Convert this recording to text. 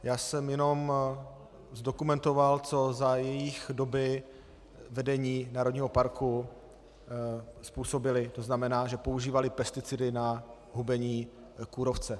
Já jsem jenom dokumentoval, co za jejich doby vedení národního parku způsobili, to znamená, že používali pesticidy na hubení kůrovce.